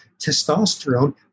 testosterone